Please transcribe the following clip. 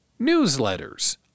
newsletters